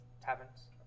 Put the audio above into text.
Taverns